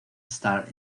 star